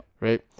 right